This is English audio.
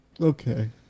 Okay